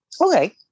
Okay